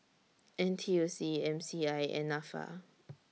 N T U C M C I and Nafa